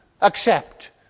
accept